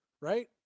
right